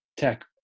tech